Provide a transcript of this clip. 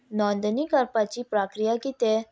नोंदणी करपाची प्रक्रिया कितें